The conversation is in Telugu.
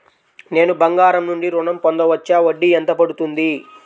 నేను బంగారం నుండి ఋణం పొందవచ్చా? వడ్డీ ఎంత పడుతుంది?